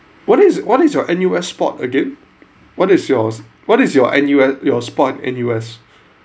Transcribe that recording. what is what is your N_U_S sport again what is yours what is your N_U your sport at N_U_S